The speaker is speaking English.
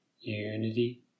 Unity